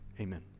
amen